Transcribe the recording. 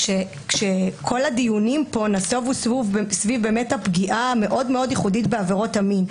כשכל הדיונים פה נסובו סביב הפגיעה המאוד ייחודית בעבירות המין,